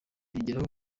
kongeraho